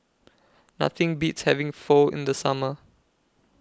Nothing Beats having Pho in The Summer